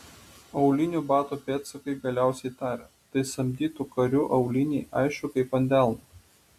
aulinių batų pėdsakai galiausiai tarė tai samdytų karių auliniai aišku kaip ant delno